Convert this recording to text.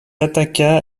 attaqua